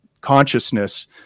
consciousness